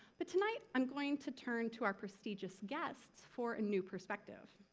but tonight i'm going to turn to our prestigious guests for a new perspective.